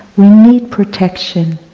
we need protection.